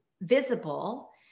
visible